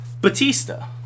Batista